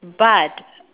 but